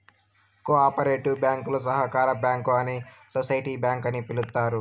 co operative బ్యాంకులు సహకార bank అని సోసిటీ బ్యాంక్ అని పిలుత్తారు